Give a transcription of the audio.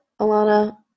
Alana